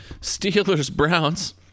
Steelers-Browns